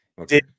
Okay